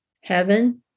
Heaven